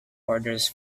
orders